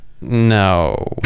no